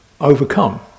overcome